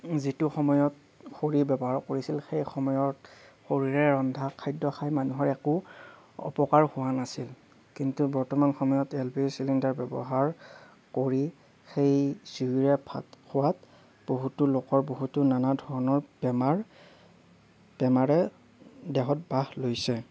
যিটো সময়ত খৰিৰ ব্যৱহাৰ কৰিছিল সেই সময়ত খৰিৰে ৰন্ধা খাদ্য খাই মানুহৰ একো অপকাৰ হোৱা নাছিল কিন্তু বৰ্তমান সময়ত এল পি জি চিলিণ্ডাৰ ব্যৱহাৰ কৰি সেই জুইৰে ভাত খোৱাত বহুতো লোকৰ বহুতো নানা ধৰণৰ বেমাৰ বেমাৰে দেহত বাস লৈছে